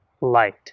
light